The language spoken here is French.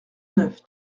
neuf